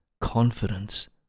confidence